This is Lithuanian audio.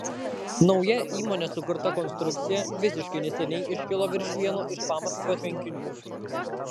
nauja įmonės sukurta konstrukcija visiškai neseniai iškilo virš vieno iš pamaskvio tvenkinių